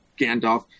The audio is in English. Gandalf